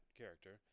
character